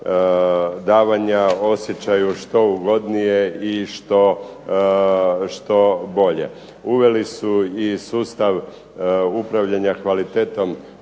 davanja osjećaju što ugodnije i što bolje. Uveli su i sustav upravljanja kvalitetom